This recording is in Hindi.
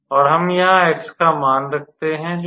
और हम यहां x का मान रखते हैं जो है